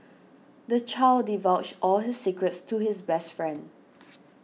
the child divulged all his secrets to his best friend